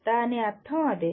దాని అర్థం అదే